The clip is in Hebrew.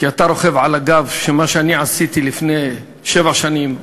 כי אתה רוכב על הגב של מה שאני עשיתי לפני שבע שנים,